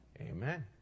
Amen